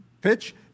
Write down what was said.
pitch